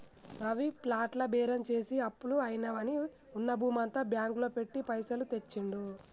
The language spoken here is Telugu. రవి ప్లాట్ల బేరం చేసి అప్పులు అయినవని ఉన్న భూమంతా బ్యాంకు లో పెట్టి పైసలు తెచ్చిండు